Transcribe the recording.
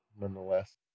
nonetheless